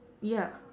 ya